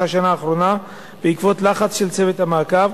השנה האחרונה בעקבות לחץ של צוות המעקב,